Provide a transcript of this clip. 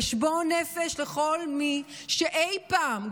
חשבון נפש לכל מי שאי פעם,